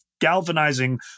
galvanizing